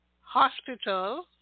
hospital